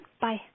bye